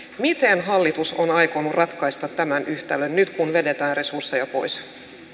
miten hallitus on aikonut ratkaista tämän yhtälön nyt kun vedetään resursseja pois arvoisa